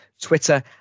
Twitter